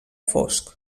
fosc